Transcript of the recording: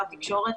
חברת תקשורת,